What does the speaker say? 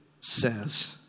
says